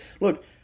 look